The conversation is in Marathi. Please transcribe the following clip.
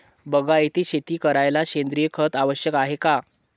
बागायती शेती करायले सेंद्रिय खत आवश्यक हाये का?